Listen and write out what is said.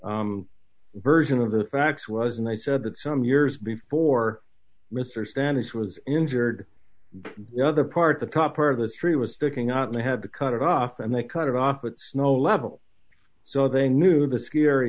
their version of the facts was and they said that some years before mr spanish was injured the other part the top part of the tree was sticking out and i had to cut it off and they cut it off with snow level so they knew the s